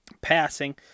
passing